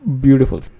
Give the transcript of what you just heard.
Beautiful